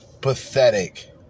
Pathetic